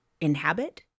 inhabit